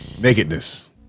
Nakedness